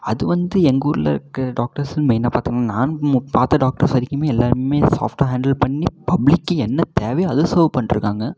அது வந்து எங்கள் ஊரில் இருக்கற டாக்டர்ஸ்னு மெயினாக பார்த்தமுனா நான் பார்த்த டாக்டர்ஸ் வரைக்குமே எல்லோருமே சாஃப்ட்டாக ஹேண்டில் பண்ணி பப்ளிக்கு என்ன தேவையோ அதை சேர்வ் பண்ணிட்டு இருக்காங்க